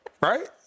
right